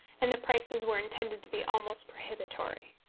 and the prices were intended to be almost prohibitory.